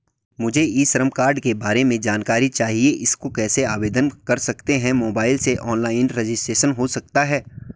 मुझे E Shram card के बारे में जानकारी चाहिए इसको कैसे आवेदन कर सकते हैं मोबाइल से ऑनलाइन रजिस्ट्रेशन हो सकता है?